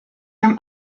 from